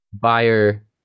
buyer